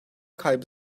kaybı